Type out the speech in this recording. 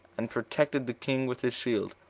and protected the king with his shield,